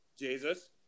Jesus